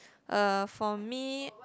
uh for me